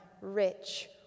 rich